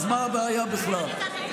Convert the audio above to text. אני מאוד בעד, הציבור ישפוט.